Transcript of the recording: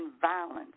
violence